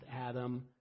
adam